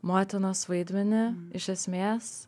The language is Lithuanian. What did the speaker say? motinos vaidmenį iš esmės